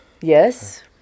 Yes